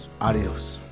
Adios